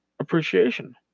Appreciation